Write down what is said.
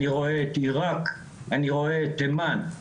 אני רואה את עירק, אני רואה את תימן,